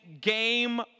Game